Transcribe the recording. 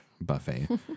buffet